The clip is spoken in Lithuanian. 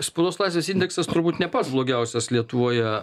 spaudos laisvės indeksas turbūt ne pats blogiausias lietuvoje